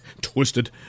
twisted